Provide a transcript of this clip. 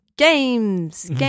Games